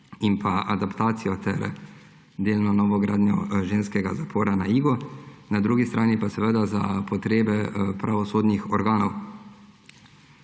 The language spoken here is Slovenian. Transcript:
in adaptacijo ter delno novogradnjo ženskega zapora na Igu, na drugi strani pa seveda za potrebe pravosodnih organov.